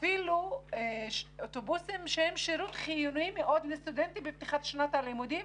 אפילו אוטובוסים שהם שירות חיוני מאוד לסטודנטים בפתיחת שנת הלימודים,